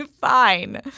Fine